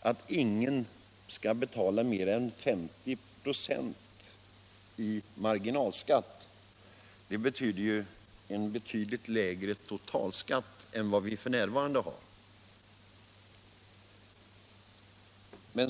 att ingen skall betala mer än 50 96 i marginalskatt. Det betyder ju en betydligt lägre totalskatt än vad vi har f.n.